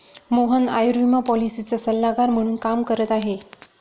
मोहन आयुर्विमा पॉलिसीचा सल्लागार म्हणून काम करत आहे